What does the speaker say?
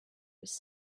was